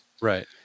Right